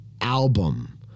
album